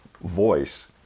voice